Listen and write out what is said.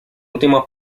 último